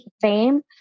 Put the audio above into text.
fame